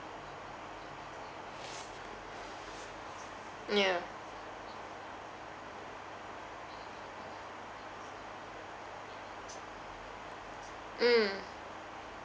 yeah mm